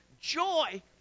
joy